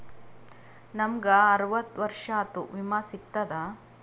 ನಮ್ ಗ ಅರವತ್ತ ವರ್ಷಾತು ವಿಮಾ ಸಿಗ್ತದಾ?